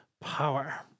power